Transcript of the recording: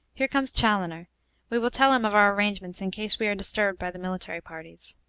here comes chaloner we will tell him of our arrangements in case we are disturbed by the military parties.